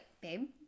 babe